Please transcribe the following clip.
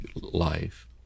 life